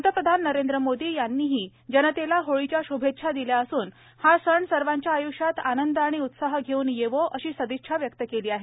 पंतप्रधान नरेंद्र मोदी यांनी जनतेला होळीच्या श्भेच्छा दिल्या असून हा सण सर्वांच्या आय्ष्यात आनंद आणि उत्साह घेऊन येवो अशी सदिच्छा व्यक्त केली आहे